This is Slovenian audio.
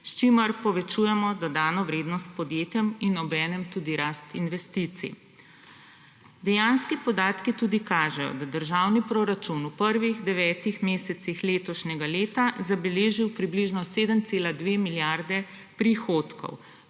s čimer povečujemo dodano vrednost podjetjem in obenem tudi rast investicij. Dejanski podatki tudi kažejo, da je državni proračun v prvih devetih mesecih letošnjega leta zabeležil približno 7,2 milijarde prihodkov,